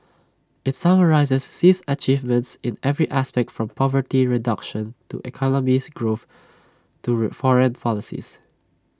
IT summarises Xi's achievements in every aspect from poverty reduction to economic growth to re foreign policy